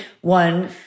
One